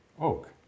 oak